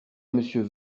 monsieur